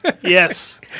Yes